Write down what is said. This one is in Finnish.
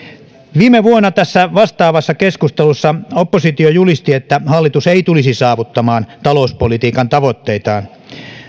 viime vuonna tässä vastaavassa keskustelussa oppositio julisti että hallitus ei tulisi saavuttamaan talouspolitiikan tavoitteitaan